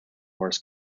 wars